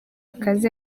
akazi